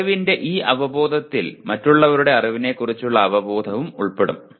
അറിവിന്റെ ഈ അവബോധത്തിൽ മറ്റുള്ളവരുടെ അറിവിനെക്കുറിച്ചുള്ള അവബോധവും ഉൾപ്പെടും